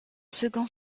second